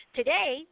Today